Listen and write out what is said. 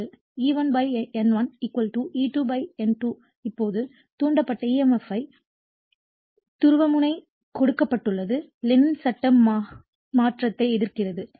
E1 N1 E2 N2 இப்போது தூண்டப்பட்ட EMF இன் துருவமுனைப்பு கொடுக்கப்பட்டுள்ளது லென்ஸின் சட்டம் மாற்றத்தை எதிர்க்கிறது